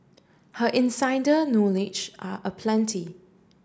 her insider knowledge are aplenty